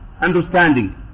understanding